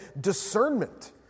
discernment